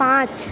পাঁচ